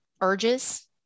urges